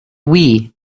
wii